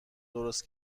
درست